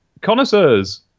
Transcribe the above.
connoisseurs